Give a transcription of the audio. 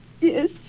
Yes